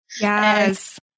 Yes